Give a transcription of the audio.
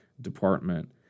department